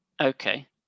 okay